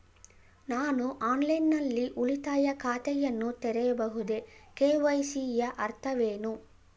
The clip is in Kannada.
ನಾನು ಆನ್ಲೈನ್ ನಲ್ಲಿ ಉಳಿತಾಯ ಖಾತೆಯನ್ನು ತೆರೆಯಬಹುದೇ? ಕೆ.ವೈ.ಸಿ ಯ ಅರ್ಥವೇನು?